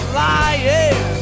lying